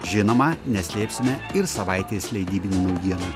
žinoma neslėpsime ir savaitės leidybinių naujienų